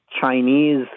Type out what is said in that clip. Chinese